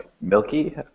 Milky